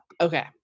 Okay